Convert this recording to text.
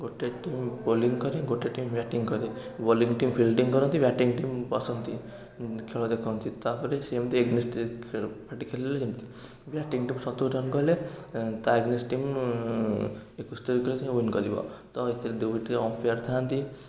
ଗୋଟେ team bowling କରେ ଗୋଟେ ଟିମ୍ ବ୍ୟାଟିଙ୍ଗ୍ କରେ ବୋଲିଙ୍ଗ୍ ଟିମ୍ ଫିଲଡିଂ କରନ୍ତି ବ୍ୟାଟିଙ୍ଗ୍ ଟିମ୍ ବସନ୍ତି ଖେଳ ଦେଖନ୍ତି ତା'ପରେ ସେ ଏମିତି ଏଗନେଷ୍ଟ ପାଟି ଖେଳିଲେ ଯେମତି ବ୍ୟାଟିଙ୍ଗ୍ ଟିମ୍ ସତୁରି ରନ କଲେ ତା ଏଗନେଷ୍ଟ୍ ଟିମ୍ ଏକସ୍ତରି କଲେ ସେ ଉଇନ କରିବ ତ ଏଥିରେ ଦୁଇଟି ଅମ୍ପେଆର୍ ଥାନ୍ତି